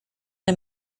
una